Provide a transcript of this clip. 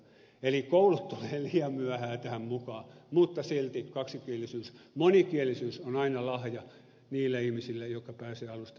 eli koulut tulevat liian myöhään tähän mukaan mutta silti kaksikielisyys monikielisyys on aina lahja niille ihmisille jotka pääsevät alusta siitä nauttimaan